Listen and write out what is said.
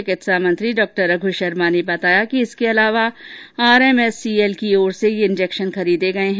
चिकित्सा मंत्री डॉ रघु शर्मा ने बताया कि इसके अलावा आरएमएससीएल की ओर से ये इंजेक्शन खरीदे गये हैं